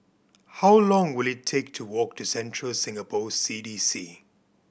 how long will it take to walk to Central Singapore C D C